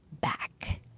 back